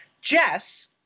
Jess